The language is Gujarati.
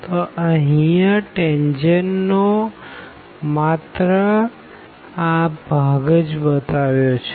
તો અહિયાં ટેનજેન્ટનો માત્ર આ ભાગ જ બતાવ્યો છે